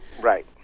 Right